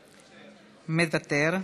מוותר,